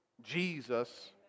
Jesus